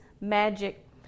magic